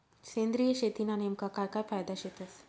सेंद्रिय शेतीना नेमका काय काय फायदा शेतस?